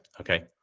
Okay